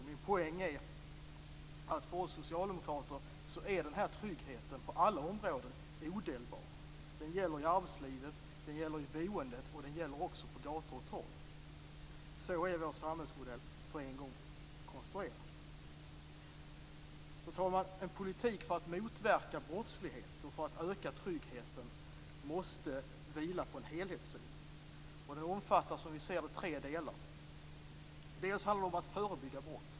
Min poäng är att för oss socialdemokrater är denna trygghet odelar på alla områden. Den gäller i arbetslivet, den gäller i boendet och den gäller också på gator och torg. Så är vår samhällsmodell en gång konstruerad. Fru talman! En politik för att motverka brottslighet och öka tryggheten måste vila på en helhetssyn. Den omfattas, som vi ser det, av tre delar. För det första handlar det om att förebygga brott.